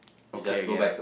okay again ah